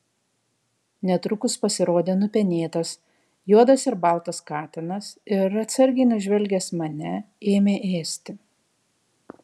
netrukus pasirodė nupenėtas juodas ir baltas katinas ir atsargiai nužvelgęs mane ėmė ėsti